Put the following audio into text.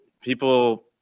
people